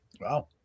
Wow